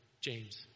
James